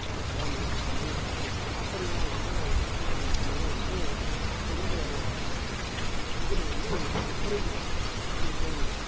என் பொண்ணை கல்யாணம் பண்ணி கொடுக்கும்போது பிரச்சினயாவும் அப்படிலாம் வந்து யோசிக்கிறதுனாலையும் வந்து பெண்களுடைய விகிதம் வந்து குறைகிறது இந்த கேம்களில்